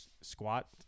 squat